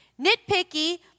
Nitpicky